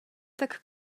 tak